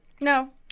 no